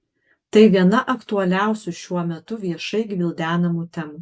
tai viena aktualiausių šiuo metu viešai gvildenamų temų